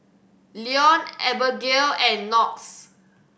Leone Abagail and Knox